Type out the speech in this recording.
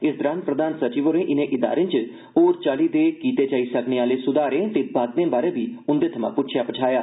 इस दरान प्रधान सचिव होरें इनें इदारें च होर चाल्ली दे कीते जाई सकने आले सुधार ते बाद्दे बारे बी उंदे थमां पुच्छेआ पछाया